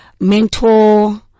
mentor